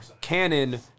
canon